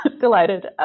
delighted